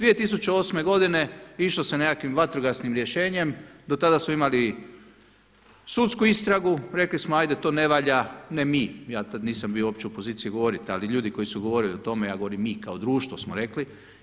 2008. godine išlo se nekakvim vatrogasnim rješenjem, do tada smo imali sudsku istragu, rekli smo, 'ajde to ne valja, ne mi, ja tada nisam bio uopće u poziciji govoriti ali ljudi koji su govorili o tome, ja govorim mi kao društvo smo rekli.